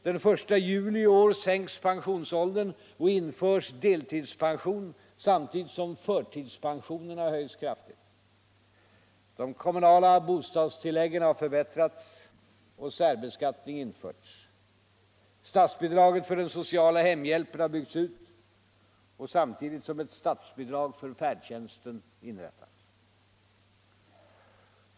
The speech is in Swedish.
Den 1 juli i år sänks pensionsåldern och införs deltidspension samtidigt som förtidspensionerna höjs kraftigt. De kommunala bostadstilläggen har förbättrats och särbeskattning införts. Statsbidraget för den sociala hemhjälpen har byggts ut samtidigt som ett statsbidrag för färdtjänsten inrättats.